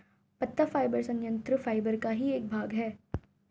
पत्ता फाइबर संयंत्र फाइबर का ही एक भाग है